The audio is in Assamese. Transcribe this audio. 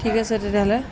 ঠিক আছে তেতিয়াহ'লে